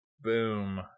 Boom